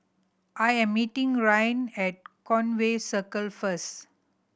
I am meeting Rylan at Conway Circle first